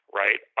right